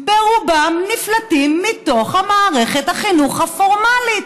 ברובם הם נפלטים מתוך מערכת החינוך הפורמלית.